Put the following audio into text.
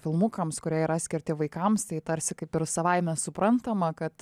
filmukams kurie yra skirti vaikams tai tarsi kaip ir savaime suprantama kad